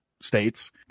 states